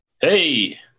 Hey